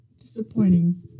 disappointing